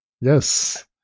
Yes